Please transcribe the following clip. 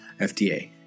FDA